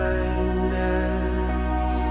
Kindness